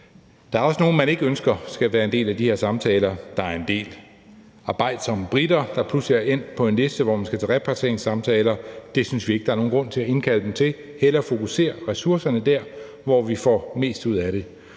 Der er også nogle, man ikke ønsker skal være en del af de her samtaler. Der er en del arbejdsomme briter, der pludselig er endt på en liste, så de skal til repatrieringssamtaler. Det synes vi ikke der er nogen grund til at indkalde dem til – hellere fokusere ressourcerne der, hvor vi får mest ud af det.